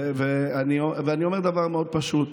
ואני אומר דבר מאוד פשוט: